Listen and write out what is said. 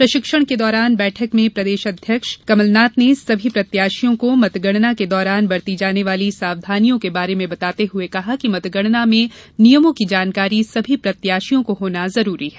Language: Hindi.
प्रशिक्षण के दौरान बैठक में प्रदेश अध्यक्ष कमलनाथ ने सभी प्रत्याशियों को मतगणना के दौरान बरती जाने वाली सावधानियों के बारे में बताते हुए कहा कि मतगणना में नियमों की जानकारी सभी प्रत्याशियों को होना जरूरी है